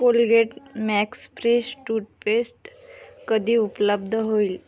Colgate max fresh toothpaste कधी उपलब्ध होईल